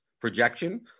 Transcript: projection